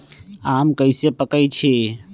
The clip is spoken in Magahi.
आम कईसे पकईछी?